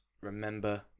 remember